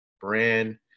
brand